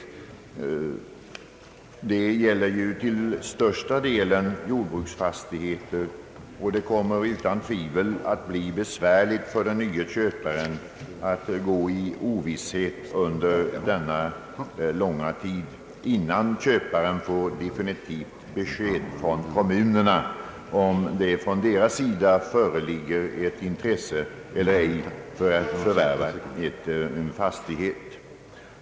Det gäller till största delen jordbruksfastigheter, och det kommer utan tvivel att bli besvärligt för den nya köparen att gå i ovisshet under denna långa tid innan han får definitivt besked från kommunerna om det från deras sida föreligger ett intresse eller ej för att förvärva en fastighet.